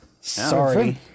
Sorry